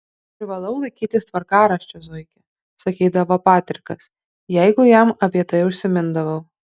privalau laikytis tvarkaraščio zuiki sakydavo patrikas jeigu jam apie tai užsimindavau